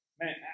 Man